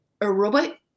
Aerobic